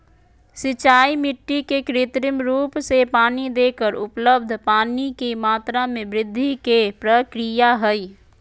सिंचाई मिट्टी के कृत्रिम रूप से पानी देकर उपलब्ध पानी के मात्रा में वृद्धि के प्रक्रिया हई